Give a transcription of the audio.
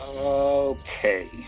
okay